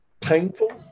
painful